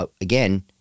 again